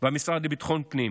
ואת המשרד לביטחון הפנים.